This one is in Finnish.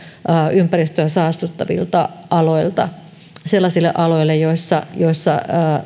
ympäristöä saastuttavilta aloilta sellaisille aloille joilla joilla